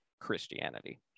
Christianity